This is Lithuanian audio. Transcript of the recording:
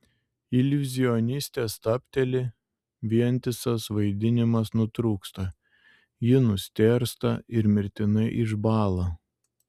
iliuzionistė stabteli vientisas vaidinimas nutrūksta ji nustėrsta ir mirtinai išbąla